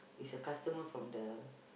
is a customer from the